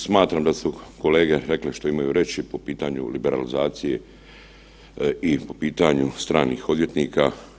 Smatram da su kolege rekle što imaju reći po pitanju liberalizacije i po pitanju stranih odvjetnika.